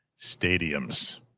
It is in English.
stadiums